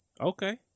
okay